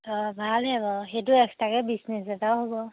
অঁ ভালহে বাৰু সেইটো এক্সট্ৰৰাকৈ বিজনেচ এটাও হ'ব